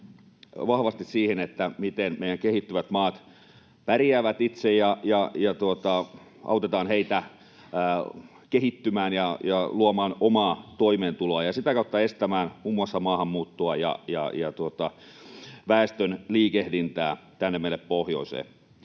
vahvasti siihen, miten meidän kehittyvät maat pärjäävät itse, ja autetaan heitä kehittymään ja luomaan omaa toimeentuloa ja sitä kautta estämään muun muassa maahanmuuttoa ja väestön liikehdintää tänne meille pohjoiseen.